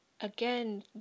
again